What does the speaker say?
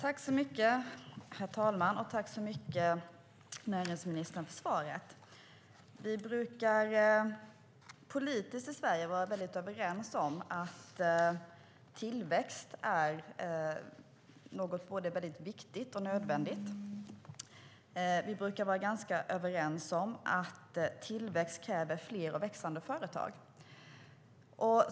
Herr talman! Tack så mycket för svaret, näringsministern. Vi brukar politiskt i Sverige vara väldigt överens om att tillväxt är något både väldigt viktigt och nödvändigt. Vi brukar vara ganska överens om att tillväxt kräver fler och växande företag.